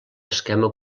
esquema